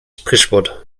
sprichwort